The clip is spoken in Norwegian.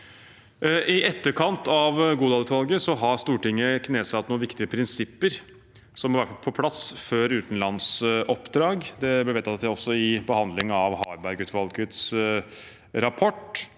I etterkant av Godal-utvalget har Stortinget knesatt noen viktige prinsipper som må være på plass før utenlandsoppdrag. Det ble vedtatt også i behandlingen av Harberg-utvalgets rapport.